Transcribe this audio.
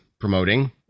promoting